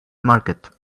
market